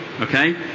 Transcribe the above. Okay